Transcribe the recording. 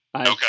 Okay